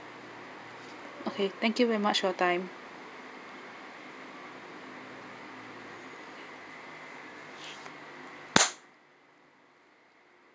okay thank you very much for your time